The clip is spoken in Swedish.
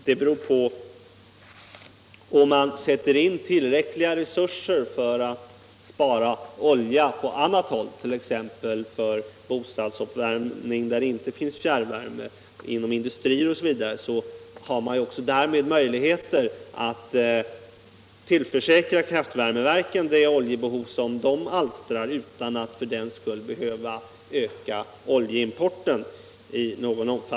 Men om man sätter in tillräckliga resurser för att spara olja på annat håll, t.ex. för bostadsuppvärmning där det inte finns fjärrvärme, inom industrier osv., har man också där möjligheter att tillförsäkra kraftvärmeverken den olja som de behöver utan att för den skull behöva öka oljeimporten.